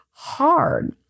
hard